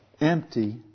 empty